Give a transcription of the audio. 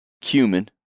cumin